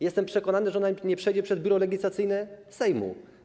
Jestem przekonany, że ona nie przejdzie przez Biuro Legislacyjne Sejmu.